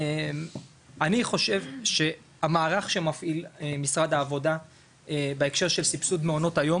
אני חושב שהמערך שמפעיל משרד העבודה בהקשר של סבסוד מעונות היום,